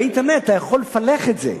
באינטרנט אתה יכול לפלח את זה.